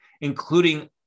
including